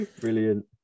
Brilliant